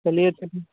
चलिए फिर